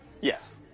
Yes